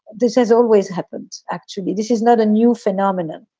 this has always happened. actually, this is not a new phenomenon,